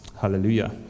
Hallelujah